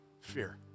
fear